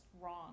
wrong